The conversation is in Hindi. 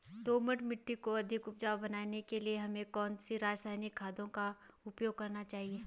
दोमट मिट्टी को अधिक उपजाऊ बनाने के लिए हमें कौन सी रासायनिक खाद का प्रयोग करना चाहिए?